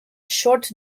short